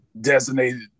designated